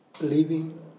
living